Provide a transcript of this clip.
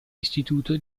istituto